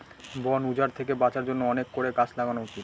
বন উজাড় থেকে বাঁচার জন্য অনেক করে গাছ লাগানো উচিত